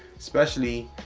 especially,